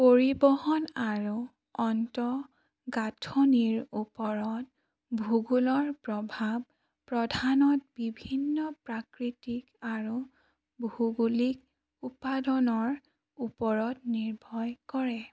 পৰিবহণ আৰু অন্তঃগাঁথনিৰ ওপৰত ভূগোলৰ প্ৰভাৱ প্ৰধানত বিভিন্ন প্ৰাকৃতিক আৰু ভূগোলিক উপাদনৰ ওপৰত নিৰ্ভৰ কৰে